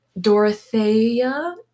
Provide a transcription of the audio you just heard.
dorothea